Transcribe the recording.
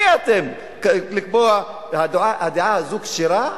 מי אתם לקבוע: הדעה הזאת כשרה,